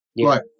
Right